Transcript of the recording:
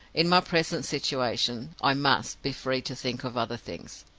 in my present situation i must be free to think of other things,